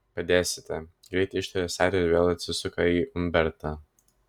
padėsite greit ištaria sari ir vėl atsisuka į umbertą